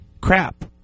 crap